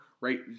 right